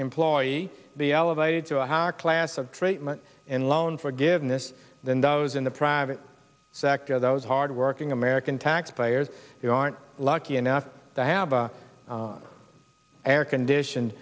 employee the elevated to a higher class of treatment and loan forgiveness than those in the private sector those hardworking american taxpayers who aren't lucky enough to have a air conditioned